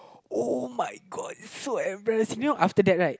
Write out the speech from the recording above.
uh my god so embarrassing you know after that right